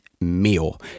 meal